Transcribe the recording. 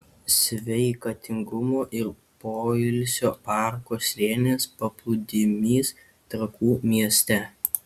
sveikatingumo ir poilsio parko slėnis paplūdimys trakų mieste